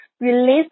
released